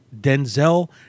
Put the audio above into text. Denzel